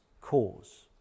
cause